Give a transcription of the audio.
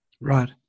Right